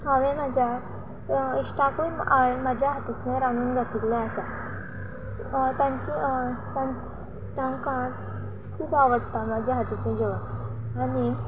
हांवे म्हाज्या इश्टाकूय हांये म्हाज्या हातींतले रांदून घातिल्ले आसा हय तांची हय तांकां खूब आवडटा म्हज्या हातीचें जेवण आनी